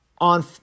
on